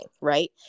right